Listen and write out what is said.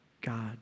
God